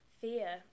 fear